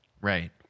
Right